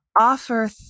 offer